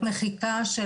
למחיקה של